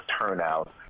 turnout—